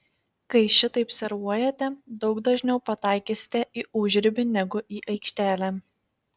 kai šitaip servuojate daug dažniau pataikysite į užribį negu į aikštelę